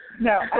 No